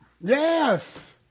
Yes